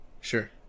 Sure